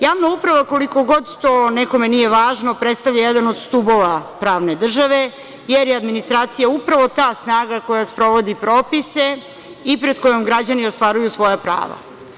Javna uprava, koliko god to nekome nije važno, predstavlja jedan od stubova pravne države, jer je administracija upravo ta snaga koja sprovodi propise i pred kojom građani ostvaruju svoja prava.